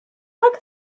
like